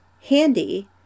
handy